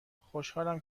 خوشحالم